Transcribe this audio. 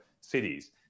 cities